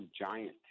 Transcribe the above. giant